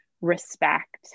respect